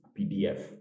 PDF